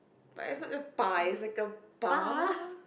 it's not a bye it's like a bar